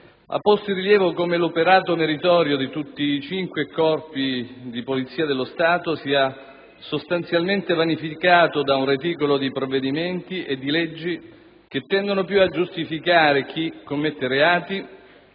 ha posto in rilievo come l'operato meritorio di tutti i cinque Corpi di polizia dello Stato sia sostanzialmente vanificato da un reticolo di provvedimenti e leggi che tende più a giustificare chi commette reati